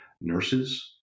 nurses